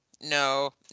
no